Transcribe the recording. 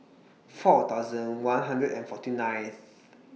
four thousand one hundred and forty ninth